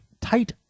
tight